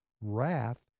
wrath